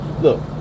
look